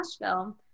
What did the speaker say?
Nashville